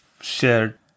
shared